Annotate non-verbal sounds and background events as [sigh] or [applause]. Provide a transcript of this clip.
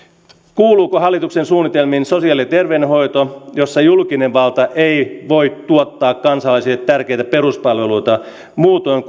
kuuluuko hallituksen suunnitelmiin sosiaali ja terveydenhoito jossa julkinen valta ei voi tuottaa kansalaisille tärkeitä peruspalveluja muutoin [unintelligible]